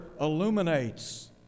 illuminates